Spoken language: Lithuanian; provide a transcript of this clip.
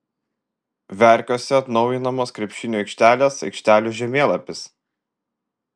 verkiuose atnaujinamos krepšinio aikštelės aikštelių žemėlapis